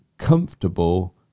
comfortable